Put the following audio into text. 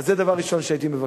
זה דבר ראשון שהייתי מבקש.